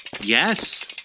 Yes